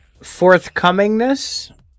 forthcomingness